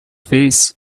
face